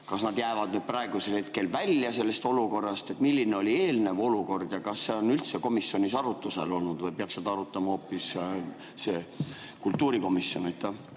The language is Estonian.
Kas nad jäävad praegusel hetkel välja sellest olukorrast? Milline oli eelnev olukord ja kas see on üldse komisjonis arutlusel olnud või peaks seda arutama hoopis kultuurikomisjon?